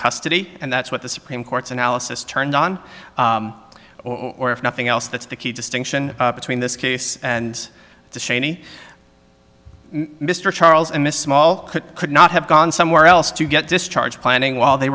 custody and that's what the supreme court's analysis turned on or if nothing else that's the key distinction between this case and the shiny mr charles and miss small could not have gone somewhere else to get discharge planning while they